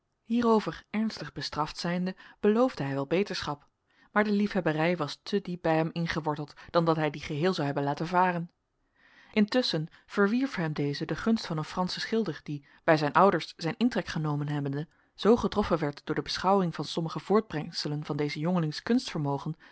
hierover ernstig bestraft zijnde beloofde bij wel beterschap maar de liefhebberij was te diep bij hem ingeworteld dan dat hij die geheel zou hebben laten varen intusschen verwierf hem deze de gunst van een franschen schilder die bij zijn ouders zijn intrek genomen hebbende zoo getroffen werd door de beschouwing van sommige voortbrengselen van des